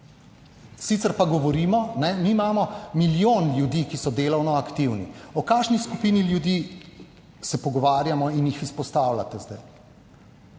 Sicer pa govorimo, mi imamo milijon ljudi, ki so delovno aktivni. O kakšni skupini ljudi se pogovarjamo in jih izpostavljate